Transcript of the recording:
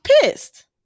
pissed